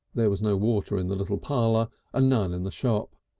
there was no water in the little parlour and none in the shop.